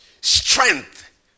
Strength